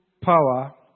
Power